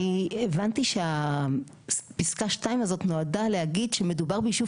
אני הבנתי שפסקה (2) הזאת נועדה להגיד שמדובר ביישוב